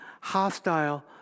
hostile